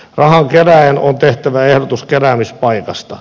rahan kerääjän on tehtävä ehdotus keräämispaikasta